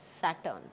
Saturn